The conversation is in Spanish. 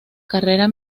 carrera